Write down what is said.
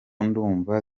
ndumva